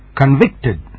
convicted